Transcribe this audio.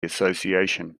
association